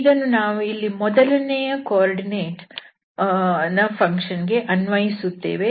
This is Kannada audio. ಇದನ್ನು ನಾವು ಇಲ್ಲಿ ಮೊದಲನೆಯ ನಿರ್ದೇಶಾಂಕ ದ ಫಂಕ್ಷನ್ ಗೆ ಅನ್ವಯಿಸುತ್ತೇವೆ